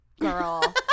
girl